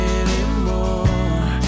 anymore